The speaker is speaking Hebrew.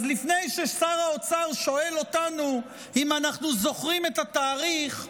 אז לפני ששר האוצר שואל אותנו אם אנחנו זוכרים את התאריך,